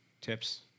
tips